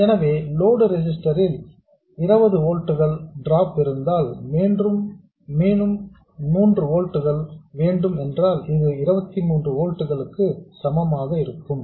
எனவே load resistor இல் 20 volts drop இருந்தால் மேலும் 3 ஓல்ட்ஸ் வேண்டும் என்றால் இது 23 ஓல்ட்ஸ் க்கு சமமாக இருக்க வேண்டும்